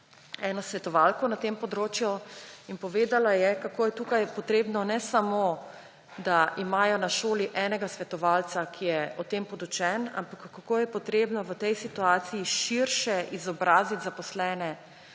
eno svetovalko na tem področju in povedala je, kako je tukaj potrebno, ne samo da imajo na šoli enega svetovalca, ki je o tem podučen, ampak kako je potrebno v tej situaciji širše izobraziti zaposlene,